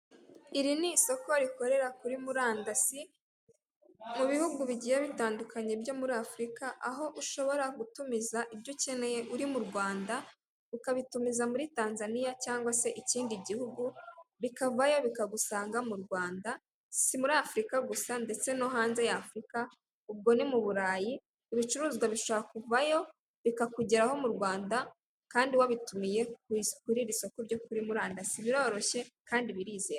Ahantu havunjishiriza ubwoko butandukanye bw'amafaranga turabona televiziyo imanitse ku gikuta, tukabona ubwoko bw'amamashini abara amafaranga nk'awe dusanga mu ma banki mo turimo turabona ko bashobora kuba bavunja amafaranga y'amadolari, amayero amapawunde n'ibindi byinshi bitandukanye, gusa bagi hagiye hariho igiciro cyashyizweho kuri buri faranga.